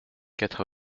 quatre